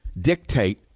dictate